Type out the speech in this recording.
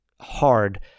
hard